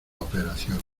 operaciones